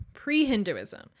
pre-Hinduism